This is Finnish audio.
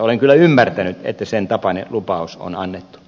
olen kyllä ymmärtänyt että sen tapainen lupaus on annettu